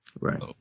Right